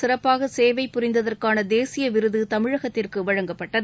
சிறப்பாக சேவை புரிந்ததற்கான தேசிய விருது தமிழகத்திற்கு வழங்கப்பட்டது